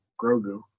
Grogu